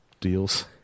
deals